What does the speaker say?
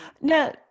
Now